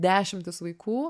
dešimtis vaikų